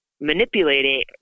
manipulating